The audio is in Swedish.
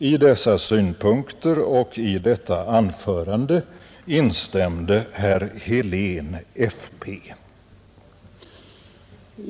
I dessa synpunkter och i detta anförande instämde herr Helén .